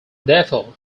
therefore